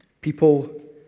People